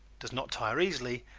does not tire easily,